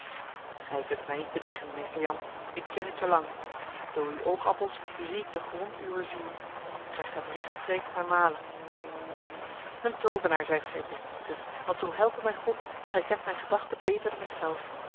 gij kunt mij niet bedriegen meester jan ik ken u te lang door uw oogappels zie ik de grond uwer ziel gij gaat rechtstreeks naar male een tovenaar zijt gij meester pieter want zo helpe mij god gij kent mijn gedachten beter dan